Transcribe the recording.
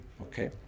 Okay